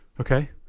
okay